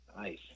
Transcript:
Nice